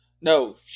No